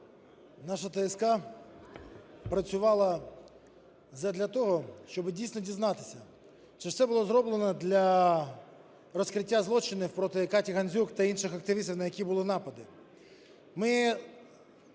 Наша ТСК працювала задля того, щоби дійсно дізнатися, чи все було зроблено для розкриття злочинів проти КатіГандзюк та інших активістів, на яких були напади. Ми